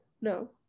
No